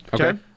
Okay